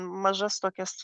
mažas tokias